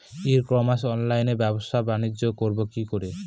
ই commerce অনলাইনে ব্যবসা বানিজ্য করব কি করে?